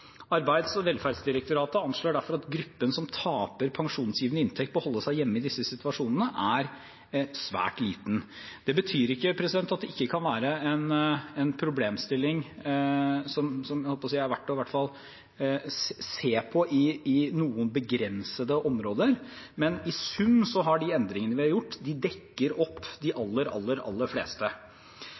Arbeids- og velferdsdirektoratet anslår derfor at gruppen som taper pensjonsgivende inntekt på å holde seg hjemme i disse situasjonene, er svært liten. Det betyr ikke at det ikke kan være en problemstilling som er verdt i hvert fall å se på i noen begrensede områder, men i sum har de endringene vi har gjort, dekket opp de aller, aller fleste.